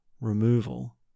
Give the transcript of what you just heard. removal